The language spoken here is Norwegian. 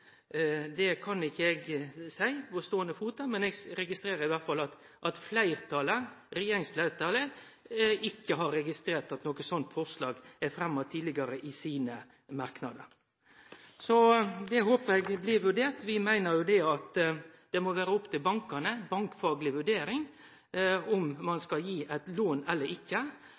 det kan eg ikkje seie på ståande fot. Men eg registrerer at regjeringsfleirtalet ikkje har registrert at noko sånt forslag er fremma tidlegare i sine merknader. Så det håper eg blir vurdert. Vi meiner jo at det må vere opp til bankane – ei bankfagleg vurdering – om ein skal gi eit lån eller ikkje.